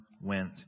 went